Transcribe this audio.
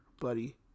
buddy